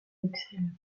bruxelles